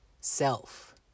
self